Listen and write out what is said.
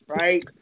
right